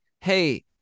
hey